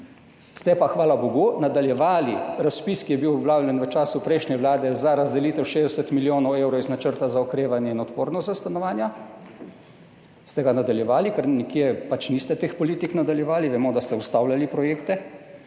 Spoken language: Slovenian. Ste pa, hvala bogu, nadaljevali razpis, ki je bil objavljen v času prejšnje vlade, za razdelitev 60 milijonov evrov iz Načrta za okrevanje in odpornost za stanovanja, ste ga nadaljevali, ker nekje niste nadaljevali teh politik, vemo, da ste ustavljali projekte,